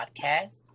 podcast